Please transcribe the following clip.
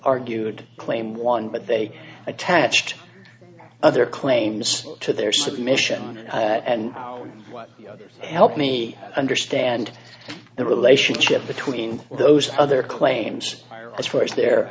argued claim one but they attached other claims to their submission and what help me understand the relationship between those other claims as far as their